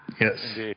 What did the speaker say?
Yes